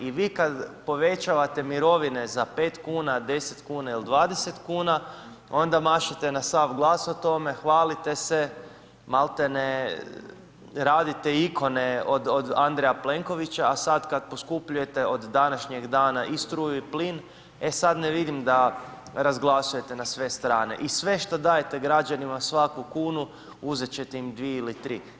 I vi kada povećavate mirovine za 5 kuna, 10 kuna ili 20 kuna onda mašete na sav glas o tome, hvalite se, maltene radite ikone od Andreja Plenkovića a sad kad poskupljujete od današnjeg dana i struju i plin e sad ne vidim da razglasujete na sve strane i sve što dajete građanima svaku kunu uzeti ćete im dvije ili tri.